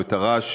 או את הרעש,